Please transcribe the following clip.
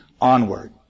onward